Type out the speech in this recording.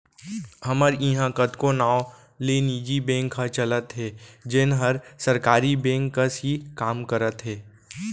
हमर इहॉं कतको नांव ले निजी बेंक ह चलत हे जेन हर सरकारी बेंक कस ही काम करत हे